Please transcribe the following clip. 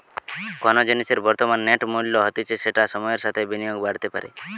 কোনো জিনিসের বর্তমান নেট মূল্য হতিছে যেটা সময়ের সাথেও বিনিয়োগে বাড়তে পারে